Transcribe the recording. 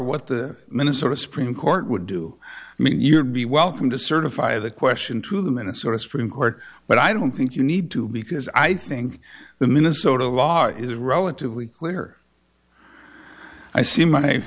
what the minnesota supreme court would do i mean you're be welcome to certify the question to the minnesota supreme court but i don't think you need to because i think the minnesota law is relatively clear i see my